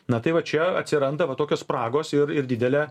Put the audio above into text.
na tai vat čia atsiranda vat tokios spragos ir ir didelė